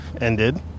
ended